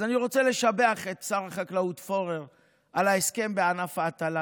אז אני רוצה לשבח את שר החקלאות פורר על ההסכם בענף ההטלה,